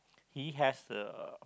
he has uh